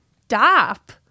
Stop